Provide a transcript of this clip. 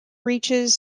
reaches